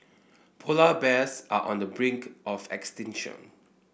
polar bears are on the brink of extinction